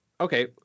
Okay